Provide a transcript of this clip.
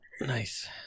Nice